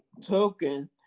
token